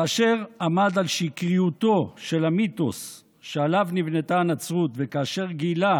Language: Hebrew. כאשר עמד על שקריותו של המיתוס שעליו נבנתה הנצרות וכאשר גילה